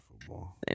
football